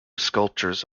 sculptures